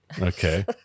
Okay